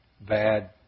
bad